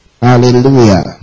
Hallelujah